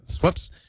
Whoops